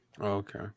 Okay